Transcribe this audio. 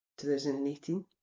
2018